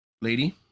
lady